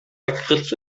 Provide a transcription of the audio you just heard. lakritz